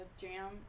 jam